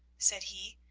said he,